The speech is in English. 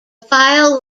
file